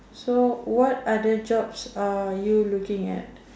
so what other jobs are you looking at